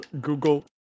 Google